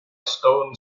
stone